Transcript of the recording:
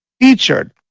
featured